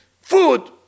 food